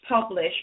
publish